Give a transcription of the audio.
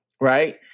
right